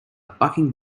bucking